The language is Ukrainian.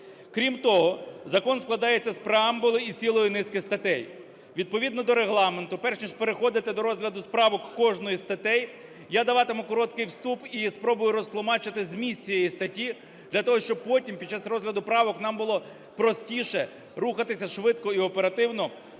Крім того, закон складається з преамбули і цілої низки статей. Відповідно до Регламенту, перш ніж переходити до розгляду правок кожної із статей, я даватиму короткий вступ і спробую розтлумачити зміст цієї статті, для того щоб потім, під час розгляду правок, нам було простіше рухатися швидко і оперативно